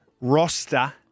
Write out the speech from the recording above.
roster